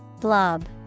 Blob